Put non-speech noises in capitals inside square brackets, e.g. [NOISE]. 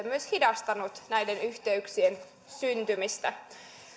[UNINTELLIGIBLE] myös hidastanut yhteyksien syntymistä